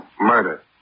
Murder